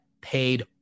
paid